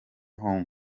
hong